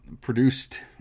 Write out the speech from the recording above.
produced